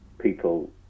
people